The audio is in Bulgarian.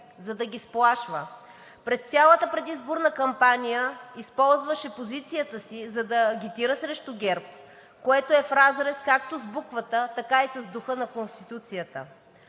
за да ги сплашва. През цялата предизборна кампания използваше позицията си, за да агитира срещу ГЕРБ, което е в разрез както с буквата, така и с духа на Конституцията.